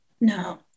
No